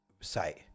site